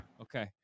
Okay